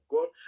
God